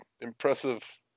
impressive